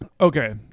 Okay